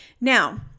Now